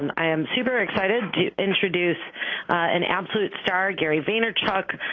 and i am super excited to introduce an absolute star, gary vaynerchuk,